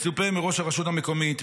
מצופה מראש הרשות המקומית,